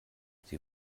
sie